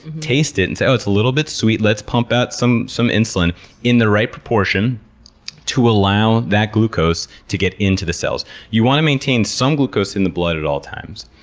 taste it, and say, oh, it's a little bit sweet. let's pump out some some insulin in the right proportion to allow that glucose to get into the cells you want to maintain some glucose in the blood at all times.